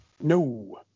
no